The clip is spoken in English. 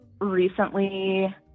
recently